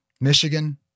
Michigan